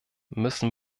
müssen